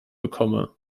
bekomme